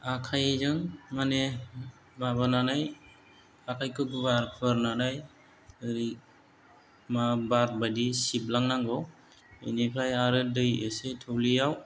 आखायजों माने माबानानै आखायखौ गुवार फुवारनानै ओरै मा बारबादि सिबलांनांगौ बेनिफ्राय आरो दै एसे थौलेआव